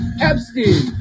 Epstein